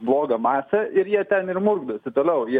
juoda masę ir jie ten ir murkdosi toliau jie